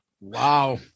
Wow